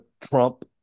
Trump